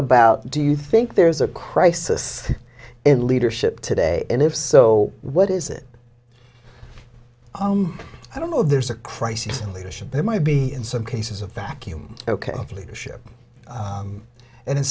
about do you think there's a crisis in leadership today and if so what is it oh i don't know if there's a crisis in leadership it might be in some cases a vacuum ok leadership and in